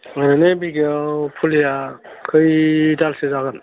ओरैनो बिगायाव फुलिया खैदालसो जागोन